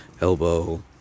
elbow